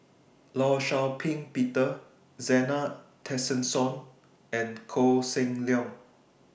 law Shau Ping Peter Zena Tessensohn and Koh Seng Leong